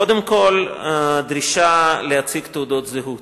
קודם כול, הדרישה להציג תעודות זהות